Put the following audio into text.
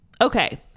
okay